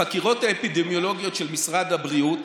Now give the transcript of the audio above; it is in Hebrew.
החקירות האפידמיולוגיות של משרד הבריאות